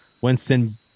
Winston